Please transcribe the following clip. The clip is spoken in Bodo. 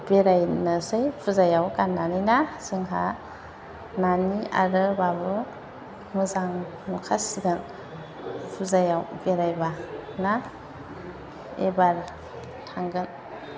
बेरायनोसै फुजायाव गाननानै ना जोंहा नानि आरो बाबु मोजां नुखासिगोन फुजायाव बेरायबा ना एबार थांगोन